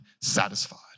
satisfied